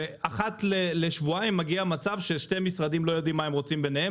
ואחת לשבועיים מגיע מצב ששתי משרדים לא יודעים מה הם רוצים בניהם,